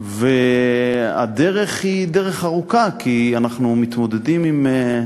הדרך היא דרך ארוכה, כי אנחנו מתמודדים עם,